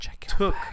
took